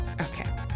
Okay